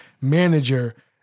manager